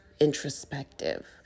introspective